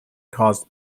caused